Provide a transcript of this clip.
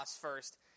first